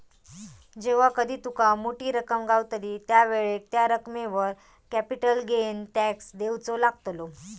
जेव्हा कधी तुका मोठी रक्कम गावतली त्यावेळेक त्या रकमेवर कॅपिटल गेन टॅक्स देवचो लागतलो